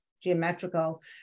geometrical